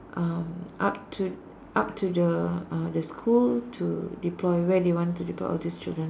um up to up to the uh uh the school to deploy where they want to deploy all these children